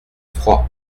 froid